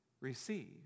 Receive